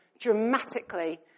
Dramatically